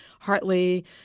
Hartley